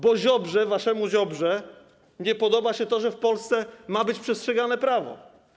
Bo Ziobrze, waszemu Ziobrze nie podoba się to, że w Polsce ma być przestrzegane prawo.